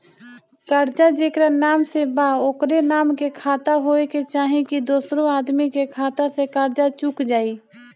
कर्जा जेकरा नाम से बा ओकरे नाम के खाता होए के चाही की दोस्रो आदमी के खाता से कर्जा चुक जाइ?